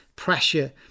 pressure